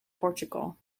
portugal